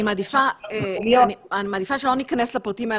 אני מעדיפה שלא ניכנס לפרטים האלה,